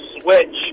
switch